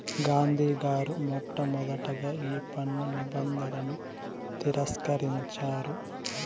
గాంధీ గారు మొట్టమొదటగా ఈ పన్ను నిబంధనలను తిరస్కరించారు